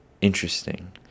interesting